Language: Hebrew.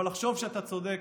אבל לחשוב שאתה צודק,